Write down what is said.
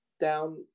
down